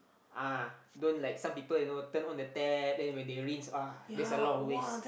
uh don't like some people you know turn on the tap then when they rinse !wah! that's a lot of waste